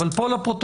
אבל פה לפרוטוקול,